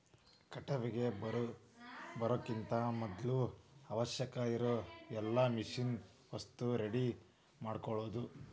ಕಟಾವಿಗೆ ಬರುಕಿಂತ ಮದ್ಲ ಅವಶ್ಯಕ ಇರು ಎಲ್ಲಾ ಮಿಷನ್ ವಸ್ತು ರೆಡಿ ಮಾಡ್ಕೊಳುದ